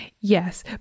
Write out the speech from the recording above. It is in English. Yes